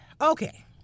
Okay